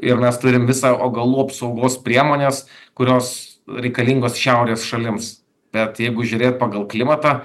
ir mes turim visą augalų apsaugos priemones kurios reikalingos šiaurės šalims bet jeigu žiūrėt pagal klimatą